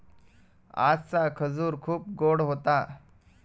आजचा खजूर खूप गोड होता